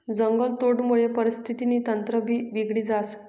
जंगलतोडमुये परिस्थितीनं तंत्रभी बिगडी जास